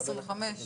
25,